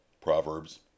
Proverbs